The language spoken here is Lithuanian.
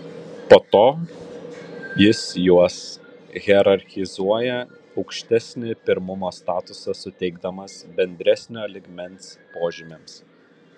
po to jis juos hierarchizuoja aukštesnį pirmumo statusą suteikdamas bendresnio lygmens požymiams